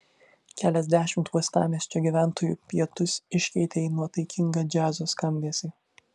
keliasdešimt uostamiesčio gyventojų pietus iškeitė į nuotaikingą džiazo skambesį